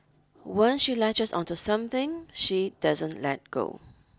once she latches onto something she doesn't let go